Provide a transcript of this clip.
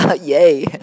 yay